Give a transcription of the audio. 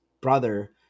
brother